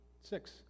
six